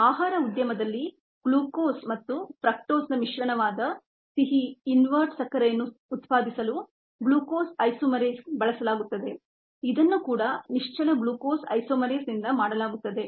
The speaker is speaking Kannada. ಆಹಾರ ಉದ್ಯಮದಲ್ಲಿ ಗ್ಲೂಕೋಸ್ ಮತ್ತು ಫ್ರಕ್ಟೋಸ್ನ ಮಿಶ್ರಣವಾದ ಸಿಹಿ ಇನ್ವರ್ಟ್ ಸಕ್ಕರೆಯನ್ನು ಉತ್ಪಾದಿಸಲು ಗ್ಲೂಕೋಸ್ ಐಸೋಮರೇಸ್ ಬಳಸಲಾಗುತ್ತದೆ ಇದನ್ನು ಕೂಡ ನಿಶ್ಚಲ ಗ್ಲೂಕೋಸ್ ಐಸೋಮರೇಸ್ನಿಂದ ಮಾಡಲಾಗುತ್ತದೆ